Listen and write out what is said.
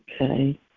Okay